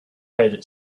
had